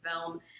film